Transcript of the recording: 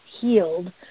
healed